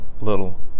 little